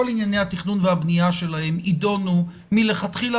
כל ענייני התכנון והבנייה שלהם יידונו מלכתחילה